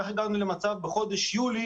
כך הגענו למצב בחודש יולי